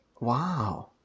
wow